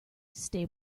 stay